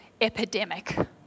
epidemic